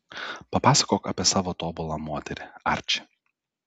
papasakok apie savo tobulą moterį arči